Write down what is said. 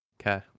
Okay